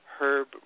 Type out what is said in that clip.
Herb